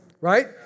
Right